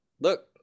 look